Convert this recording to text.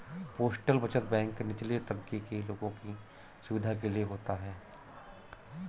postal बचत bank निचले तबके के लोगों की सुविधा के लिए होता है